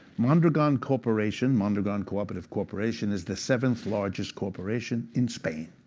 mondragon corporation, mondragon co-operative corporation, is the seventh largest corporation in spain.